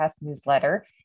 newsletter